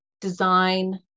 design